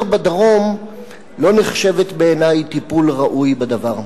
בדרום לא נחשבת בעיני טיפול ראוי בדבר.